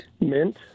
Mint